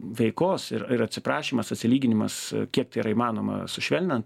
veikos ir ir atsiprašymas atsilyginimas kiek tai yra įmanoma sušvelninant